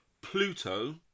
Pluto